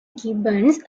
gibbons